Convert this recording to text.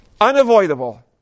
Unavoidable